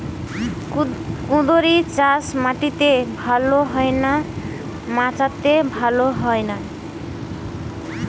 কুঁদরি চাষ মাটিতে ভালো হয় না মাচাতে ভালো হয়?